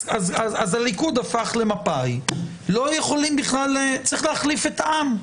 אז הליכוד הפך למפא"י, צריך להחליף את העם,